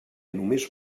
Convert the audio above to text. només